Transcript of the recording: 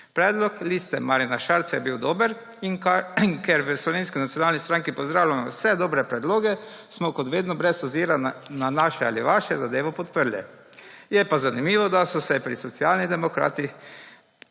Predlog Liste Marjana Šarca je bil dober. In ker v Slovenski nacionalni stranki pozdravljamo vse dobre predloge, smo kot vedno brez ozira na naše ali vaše zadevo podprli. Je pa zanimivo, da so se pri Socialnih demokratih